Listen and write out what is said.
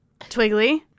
Twiggly